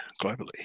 globally